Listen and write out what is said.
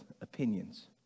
opinions